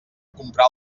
comprar